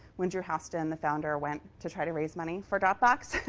when drew houston, the founder, went to try to raise money for dropbox,